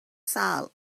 sâl